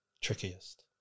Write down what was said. trickiest